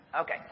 Okay